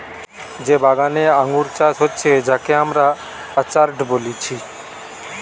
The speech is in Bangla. যে বাগানে আঙ্গুর চাষ হচ্ছে যাকে আমরা অর্চার্ড বলছি